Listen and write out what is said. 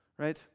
Right